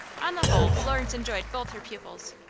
on the whole, florence enjoyed both her pupils.